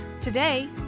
Today